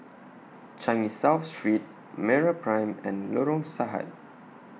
Changi South Street Meraprime and Lorong Sahad